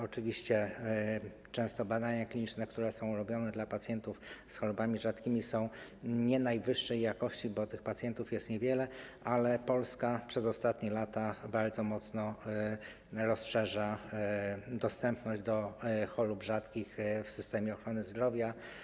Oczywiście często badania kliniczne, które są robione dla pacjentów z chorobami rzadkimi, nie są najwyższej jakości, bo tych pacjentów jest niewielu, ale Polska przez ostatnie lata bardzo mocno rozszerza dostępność do nich w systemie ochrony zdrowia.